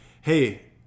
hey